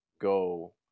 go